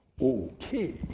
Okay